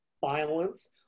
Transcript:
violence